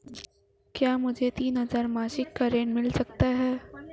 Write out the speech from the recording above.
क्या मुझे तीन हज़ार रूपये मासिक का ऋण मिल सकता है?